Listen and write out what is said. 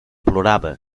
plorava